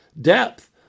depth